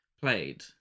played